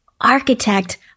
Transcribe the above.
architect